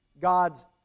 God's